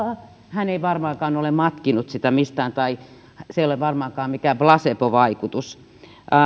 hän ei varmaankaan ole matkinut sitä mistään ja se ei ole varmaankaan mikään plasebovaikutus